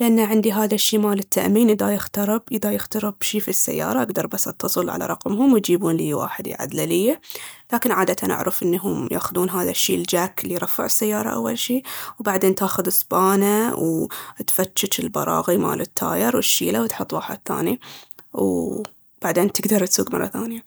لأن عندي هادا الشي مال التأمين اذا يخترب شي في السيارة أقدر بس أتصل على رقمهم ويجيبون ليي واحد يعدله ليي لكن عادةً أعرف ان هم ياخذون هاذا الشي ال"جاك" اللي يرفع السيارة أول شي وبعدين تاخذ اسبانه وتفجج البراغي مال التاير وتشيله وتحط واحد ثاني وبعدين تقدر تسوق مرة ثانية